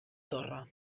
torre